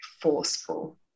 forceful